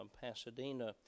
Pasadena